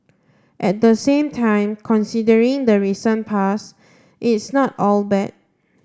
at the same time considering the recent pass it's not all bad